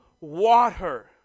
water